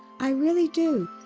i really do.